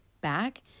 back